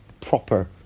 proper